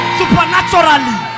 supernaturally